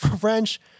French